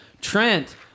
Trent